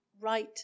right